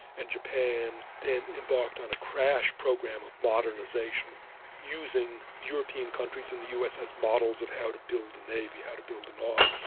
and japan then embarked on a crash program of modernisation using european countries and the us as models of how to build a navy, how to build an um